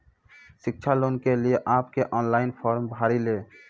शिक्षा लोन के लिए आप के ऑनलाइन फॉर्म भरी ले?